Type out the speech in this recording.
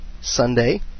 Sunday